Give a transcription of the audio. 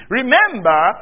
Remember